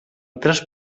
tres